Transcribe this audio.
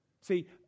See